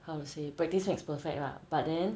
how to say practice makes perfect lah but then